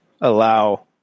allow